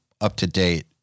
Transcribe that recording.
up-to-date